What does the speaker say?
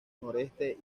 noreste